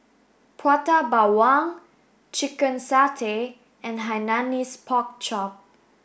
Prata Bawang chicken satay and Hainanese Pork Chop